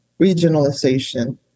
regionalization